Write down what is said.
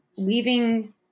leaving